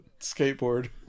skateboard